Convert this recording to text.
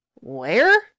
Where